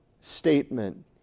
statement